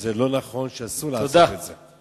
שזה לא נכון, שאסור לעשות את זה.